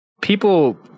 people